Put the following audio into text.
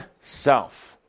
self